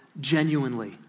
genuinely